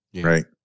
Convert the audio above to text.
right